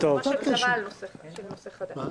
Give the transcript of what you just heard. --- של נושא חדש.